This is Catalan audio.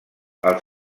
als